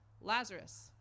Lazarus